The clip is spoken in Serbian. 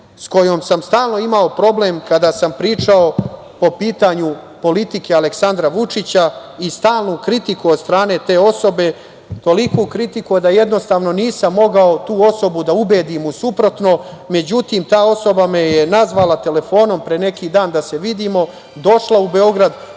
sa kojom sam stalno imao problem kada sam pričao po pitanju politike Aleksandra Vučića i stalnu kritiku od strane te osobe, toliku kritiku da jednostavno nisam mogao tu osobu da ubedim u suprotno. Međutim, ta osoba me je nazvala telefonom pre neki dan da se vidimo, došla je u Beograd,